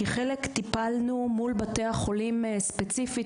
כי חלק טיפלנו מול בתי החולים ספציפית,